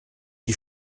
die